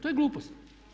To je glupost.